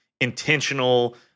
intentional